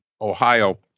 Ohio